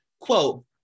Quote